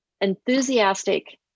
enthusiastic